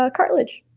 ah cartilage.